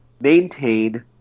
maintain